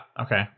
Okay